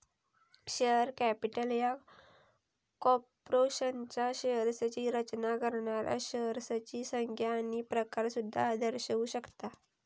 share capital ह्या कॉर्पोरेशनच्या शेअर्सची रचना करणाऱ्या शेअर्सची संख्या आणि प्रकार सुद्धा दर्शवू शकता